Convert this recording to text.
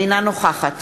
אינה נוכחת